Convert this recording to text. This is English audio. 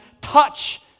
touch